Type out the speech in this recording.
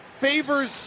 favors